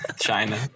china